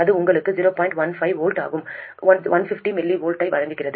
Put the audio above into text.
15 V அல்லது 150 mV ஐ வழங்குகிறது